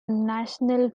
national